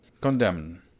Condemn